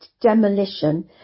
demolition